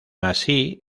así